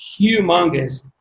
humongous